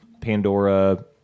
pandora